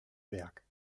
werk